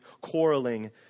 quarreling